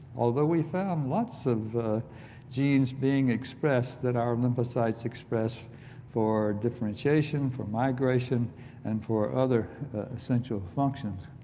although we found lots of genes being expressed that our lymphocytes express for differentiation, for migration and for other essential functions.